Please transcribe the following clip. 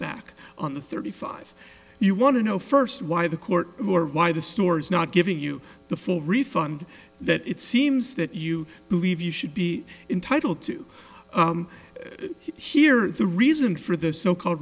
back on the thirty five you want to know first why the court or why the store is not giving you the full refund that it seems that you believe you should be entitled to here the reason for the so called